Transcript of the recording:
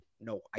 no